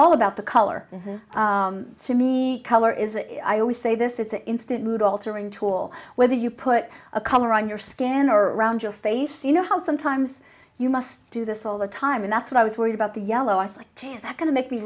all about the color to me color is i always say this it's an instant mood altering tool whether you put a color on your skin or around your face you know how sometimes you must do this all the time and that's what i was worried about the yellow us to is that going to make me